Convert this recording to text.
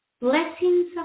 Blessings